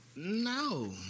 No